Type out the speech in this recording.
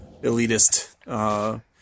elitist